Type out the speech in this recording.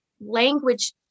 language